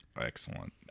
Excellent